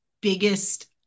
biggest